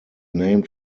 named